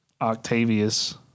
Octavius